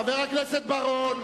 חבר הכנסת בר-און.